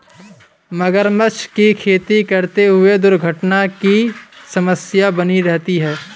मगरमच्छ की खेती करते हुए दुर्घटना की समस्या बनी रहती है